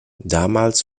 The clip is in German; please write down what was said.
damals